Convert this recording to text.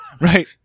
right